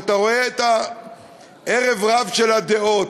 כשאתה רואה את הערב-רב של הדעות,